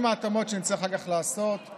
עם ההתאמות שנצטרך לעשות אחר כך,